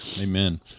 Amen